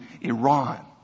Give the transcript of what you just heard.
Iran